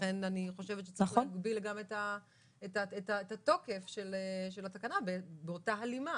לכן אני חושבת שצריך להגביל גם את התוקף של התקנות באותה הלימה.